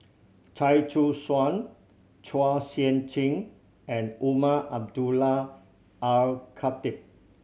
Chia Choo Suan Chua Sian Chin and Umar Abdullah Al Khatib